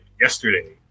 yesterday